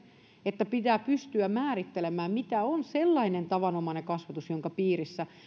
että pitää pystyä määrittelemään mitä on sellainen tavanomainen kasvatus jonka piirissä